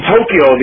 Tokyo